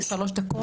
איריס שלוש דקות,